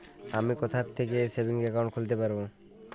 আমি কোথায় থেকে সেভিংস একাউন্ট খুলতে পারবো?